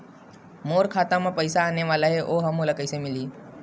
मोर खाता म पईसा आने वाला हे ओहा मोला कइसे मिलही?